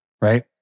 right